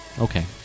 Okay